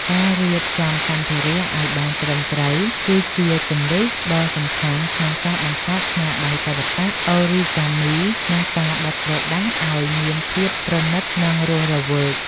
ការរៀបចំសម្ភារៈឱ្យបានត្រឹមត្រូវ គឺជាគ្រឹះដ៏សំខាន់ក្នុងការបង្កើតស្នាដៃសិល្បៈអូរីហ្គាមី និងការបត់ក្រដាសឱ្យមានភាពប្រណីត និងរស់រវើក។